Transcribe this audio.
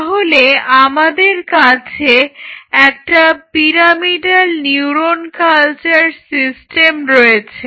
তাহলে আমাদের কাছে একটা পিরামিডাল নিউরন কালচার সিস্টেম রয়েছে